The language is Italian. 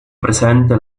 presente